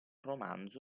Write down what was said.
romanzo